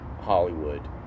Hollywood